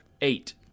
Eight